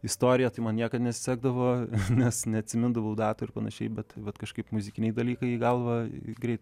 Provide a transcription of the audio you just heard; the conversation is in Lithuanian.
istorija tai man niekad nesisekdavo nes neatsimindavau datų ir panašiai bet vat kažkaip muzikiniai dalykai į galvą greit